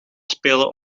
spelen